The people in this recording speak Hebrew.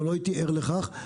לא הייתי ער לכך,